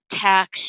tax